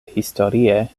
historie